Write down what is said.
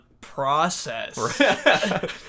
process